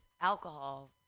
alcohol